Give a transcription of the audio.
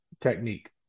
technique